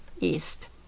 East